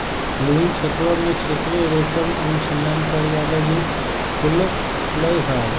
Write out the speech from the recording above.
विभिन्न क्षेत्रवन में क्षेत्रीय रेशम अनुसंधान कार्यालय भी खुल्ल हई